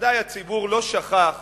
בוודאי הציבור לא שכח